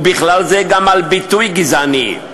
ובכלל זה גם על ביטוי גזעני,